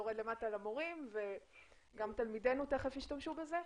למורים וגם תלמידינו תכף ישתמשו בזה.